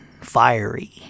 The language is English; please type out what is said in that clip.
fiery